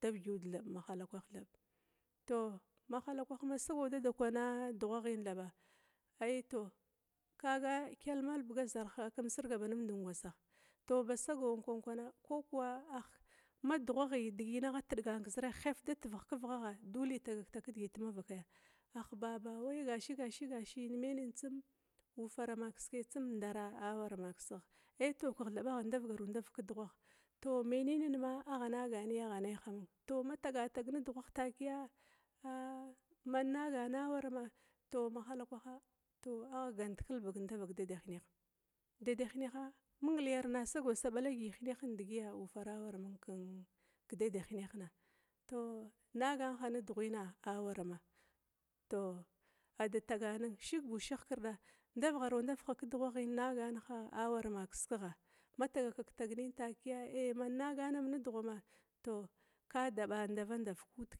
da viguda mahala kwa, thab hau mahala kwah ma sagau dadakwa na dughaghin thaba, ai tou kaga kyalma hala zirha kum sirga ba numd ngwasaha, tou ba sagauwankwana kokuwa ma dughagh digina agha tithgana keziragh ba hef da tivigh kivighagha, dole gaktag kedimavaya, baba wai gashigashi menan tsum ufara ama kiskai tsum ndara awara ma kiskigh, tou kigh thaba agha ndavgaru ndavig kedughagh tou menina ma agha nagani agha ne ha, tou ma tagatag nedughagh takia a man nagana awarama tou mahalakwah agha gant kelbug davak dadahineha, dadahineha mung li arna sagau sa balgi ma hinehin digiya ufaran waramung kedada hinehina, tou naganaha nedugh ina awarama tou ada taganiun shig buu shig ihkirda ndavgha ru ndavig ha kedughaghina nagana ha warama kiskigha, ma tagakagtag nin takia ehh innagana am nedughama tou ka da ba ndava-ndav kuda.